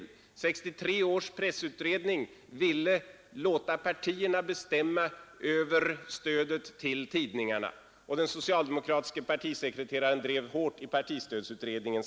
1963 års pressutredning ville låta partierna bestämma över stödet till tidningarna, och den socialdemokratiske partisekreteraren drev hårt samma galna tanke i partistödsutredningen.